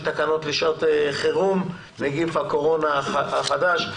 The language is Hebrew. תקנות שעת חירום (נגיף הקורונה החדש,